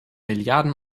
milliarden